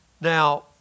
Now